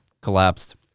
collapsed